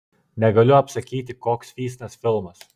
negaliu apsakyti koks fysnas filmas